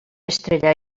estrella